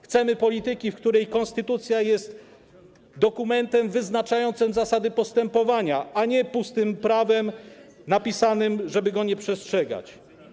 Chcemy polityki, w której konstytucja jest dokumentem wyznaczającym zasady postępowania, a nie pustym prawem napisanym, żeby go nie przestrzegać.